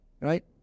Right